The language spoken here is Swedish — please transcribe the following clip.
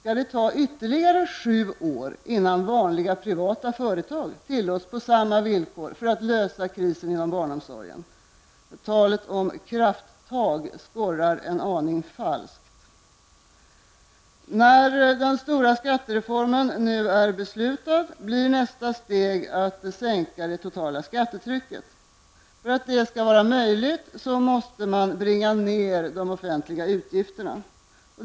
Skall det ta ytterligare sju år innan vanliga privata företag tillåts på samma villkor för att lösa krisen inom barnomsorgen? Talet om krafttag skorrar en aning falskt. När den stora skattereformen nu är beslutad blir nästa steg att sänka det totala skattetrycket. För att detta skall vara möjligt måste de offentliga utgifterna bringas ned.